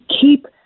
keep